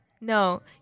no